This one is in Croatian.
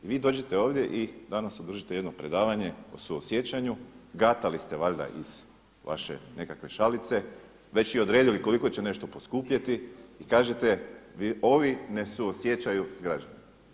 Vi dođete ovdje i danas održite jedno predavanje o suosjećanju, gatali ste valjda iz vaše nekakve šalice, već i odredili koliko će nešto poskupjeti i kažete ovi ne suosjećaju sa građanima.